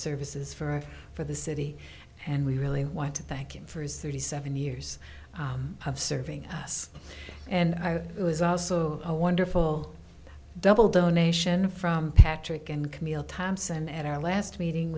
services for for the city and we really want to thank him for his thirty seven years of serving us and i was also a wonderful double donation from patrick and camille thompson at our last meeting